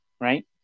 right